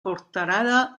portalada